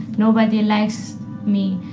nobody likes me,